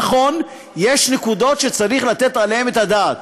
נכון, יש נקודות שצריך לתת עליהן את הדעת,